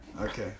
Okay